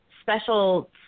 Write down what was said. special